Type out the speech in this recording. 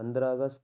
پندرہ اگست